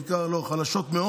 חלשות.